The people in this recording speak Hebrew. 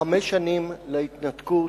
חמש שנים להתנתקות.